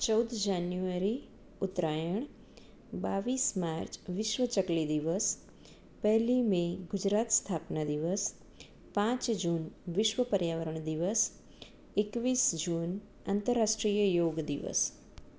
ચૌદ જાન્યુઆરી ઉત્તરાયણ બાવીસ માર્ચ વિશ્વ ચકલી દિવસ પહેલી મે ગુજરાત સ્થાપના દિવસ પાંચ જૂન વિશ્વ પર્યાવરણ દિવસ એકવીસ જૂન આંતરરાષ્ટ્રીય યોગ દિવસ